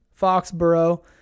Foxborough